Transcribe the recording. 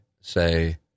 say